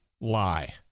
lie